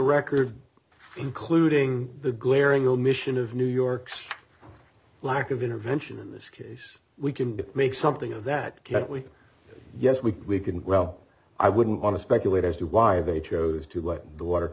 record including the glaring omission of new york's lack of intervention in this case we can dip make something of that can't we yes we can well i wouldn't want to speculate as to why they chose to let the water